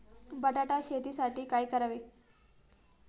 बटाटा शेतीसाठी काय करावे?